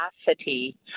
capacity